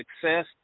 success